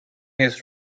his